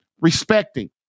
respecting